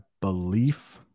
belief